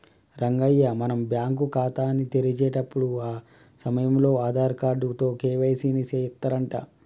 రంగయ్య మనం బ్యాంకు ఖాతాని తెరిచేటప్పుడు ఆ సమయంలో ఆధార్ కార్డు తో కే.వై.సి ని సెత్తారంట